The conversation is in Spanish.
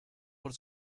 por